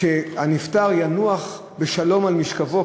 שהנפטר ינוח בשלום על משכבו,